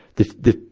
the, the,